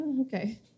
okay